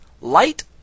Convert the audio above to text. light